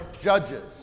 judges